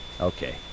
Okay